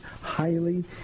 highly